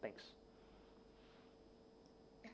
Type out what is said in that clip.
thanks